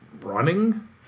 Running